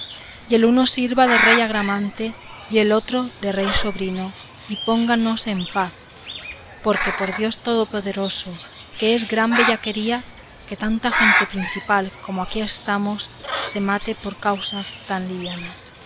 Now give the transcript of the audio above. y el uno sirva de rey agramante y el otro de rey sobrino y pónganos en paz porque por dios todopoderoso que es gran bellaquería que tanta gente principal como aquí estamos se mate por causas tan livianas